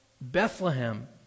Bethlehem